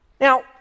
Now